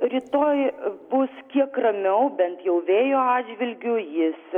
rytoj bus kiek ramiau bent jau vėjo atžvilgiu jis